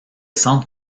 centres